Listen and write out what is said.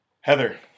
heather